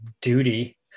duty